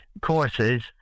courses